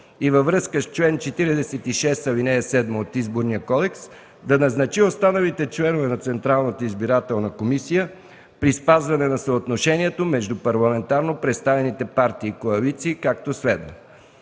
на президента на Република България да назначи останалите членове на Централната избирателна комисия при спазване на съотношението между парламентарно представените партии и коалиции, както следва,